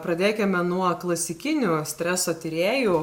pradėkime nuo klasikinių streso tyrėjų